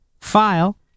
file